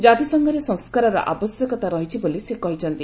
ଜାତିସଂଘରେ ସଂସ୍କାରର ଆବଶ୍ୟକତା ରହିଛି ବୋଲି ସେ କହିଚନ୍ତି